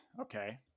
Okay